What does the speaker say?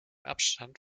abstand